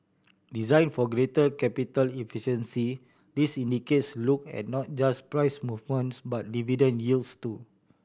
design for greater capital efficiency this indices look at not just price movements but dividend yields too